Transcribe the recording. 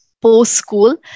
post-school